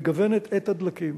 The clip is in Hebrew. מגוונת את הדלקים.